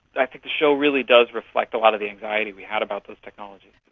i think the show really does reflect a lot of the anxiety we had about those technologies.